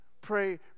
Pray